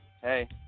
hey